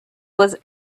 was